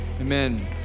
Amen